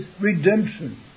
redemption